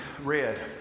read